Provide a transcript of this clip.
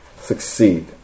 succeed